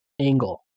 angle